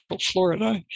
florida